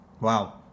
Wow